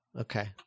okay